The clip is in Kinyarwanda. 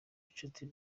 inshuti